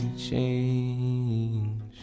change